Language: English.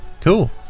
Cool